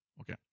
Okay